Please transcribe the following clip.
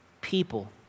people